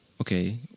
Okay